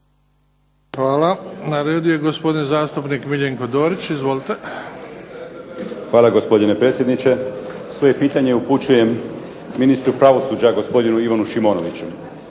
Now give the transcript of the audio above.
Hvala. Na redu je gospodin zastupnik Miljenko Dorić. Izvolite. **Dorić, Miljenko (HNS)** Hvala gospodine predsjedniče. Svoje pitanje upućujem ministru pravosuđa gospodinu Ivanu Šimonoviću.